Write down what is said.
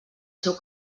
seu